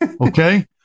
Okay